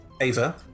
Ava